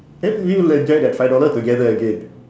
then we will enjoy that five dollar together again